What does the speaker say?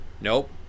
Nope